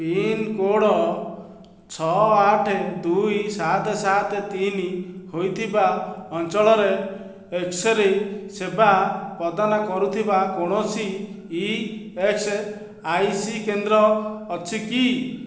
pin code ଛଅ ଆଠ ଦୁଇ ସାତ ସାତ ତିନି ହୋଇଥିବା ଅଞ୍ଚଳରେ ଏକ୍ସ ରେ ସେବା ପ୍ରଦାନ କରୁଥିବା କୌଣସି ଇ ଏସ୍ ଆଇ ସି କେନ୍ଦ୍ର ଅଛି କି